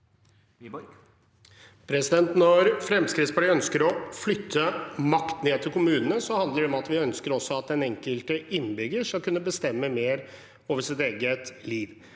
Når Fremskritts- partiet ønsker å flytte makt ned til kommunene, handler det om at vi ønsker at den enkelte innbygger skal kunne bestemme mer over sitt eget liv.